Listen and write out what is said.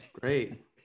Great